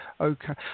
okay